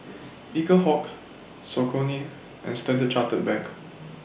Eaglehawk Saucony and Standard Chartered Bank